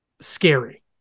scary